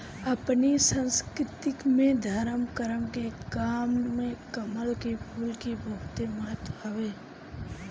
अपनी संस्कृति में धरम करम के काम में कमल के फूल के बहुते महत्व हवे